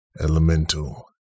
Elemental